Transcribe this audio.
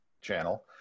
channel